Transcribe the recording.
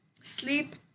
sleep